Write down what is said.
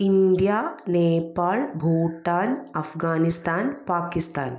India Nepal Bhutan Afghanistan Pakistan